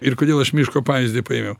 ir kodėl aš miško pavyzdį paėmiau